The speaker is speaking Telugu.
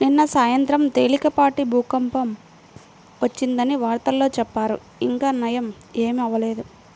నిన్న సాయంత్రం తేలికపాటి భూకంపం వచ్చిందని వార్తల్లో చెప్పారు, ఇంకా నయ్యం ఏమీ అవ్వలేదు